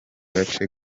gace